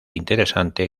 interesante